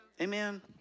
Amen